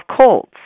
colds